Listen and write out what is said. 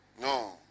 No